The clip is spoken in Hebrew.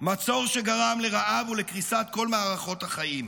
מצור שגרם לרעב ולקריסת כל מערכות החיים.